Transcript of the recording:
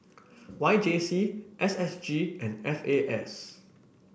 Y J C S S G and F A S